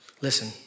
Listen